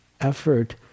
effort